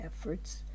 efforts